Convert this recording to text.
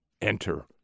Enter